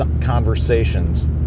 Conversations